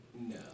No